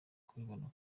kubibona